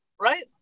right